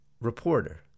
reporter